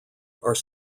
are